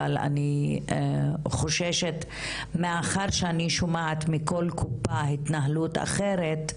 אבל אני חוששת מאחר שאני שומעת מכל קופה התנהלות אחרת,